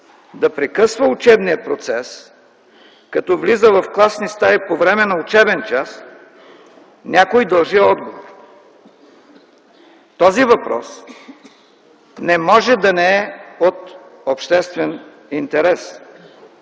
да прекъсва учебния процес като влиза в класни стаи по време на учебен час, някой дължи отговор. Този въпрос не може да не е от обществен интерес.